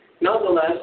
Nonetheless